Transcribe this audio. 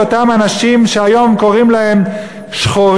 של אותם אנשים שהיום קוראים להם שחורים,